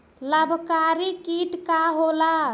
लाभकारी कीट का होला?